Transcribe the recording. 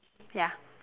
ya